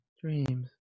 Dreams